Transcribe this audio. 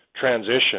transition